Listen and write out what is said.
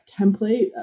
template